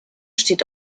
steht